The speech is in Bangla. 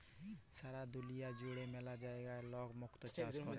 সারা দুলিয়া জুড়ে ম্যালা জায়গায় লক মুক্ত চাষ ক্যরে